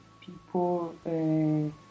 people